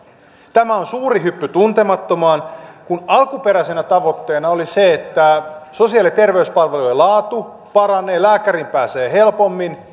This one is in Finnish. tämä on suuri hyppy tuntemattomaan kun alkuperäisenä tavoitteena oli se että sosiaali ja terveyspalvelujen laatu paranee lääkäriin pääsee helpommin